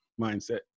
mindset